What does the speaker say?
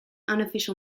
unofficial